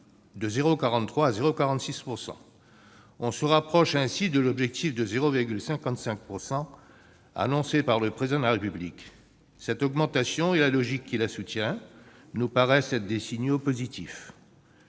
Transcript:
brut. Nous nous rapprochons ainsi de l'objectif de 0,55 % fixé par le Président de la République. Cette augmentation et la logique qui la soutient nous paraissent être des signaux positifs.